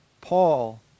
Paul